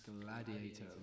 gladiator